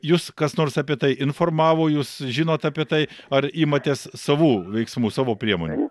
jus kas nors apie tai informavo jūs žinot apie tai ar imatės savų veiksmų savo priemonių